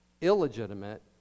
illegitimate